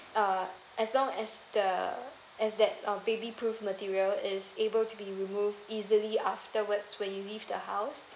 uh as long as the as that uh baby prove material is able to be removed easily afterwards when you leave the house